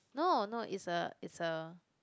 no no it's a it's a